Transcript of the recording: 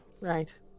right